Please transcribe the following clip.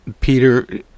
Peter